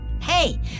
Hey